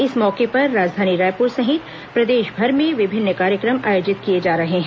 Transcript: इस मौके पर राजधानी रायपुर सहित प्रदेशभर में विभिन्न कार्यक्रम आयोजित किए जा रहे हैं